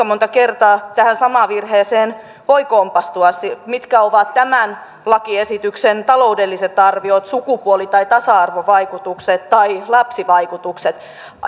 monta kertaa tähän samaan virheeseen voi kompastua mitkä ovat tämän lakiesityksen taloudelliset arviot sukupuoli tai tasa arvovaikutukset tai lapsivaikutukset